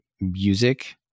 music